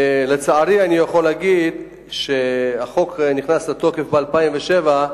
ולצערי אני יכול להגיד שהחוק נכנס לתוקף ב-2007,